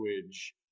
language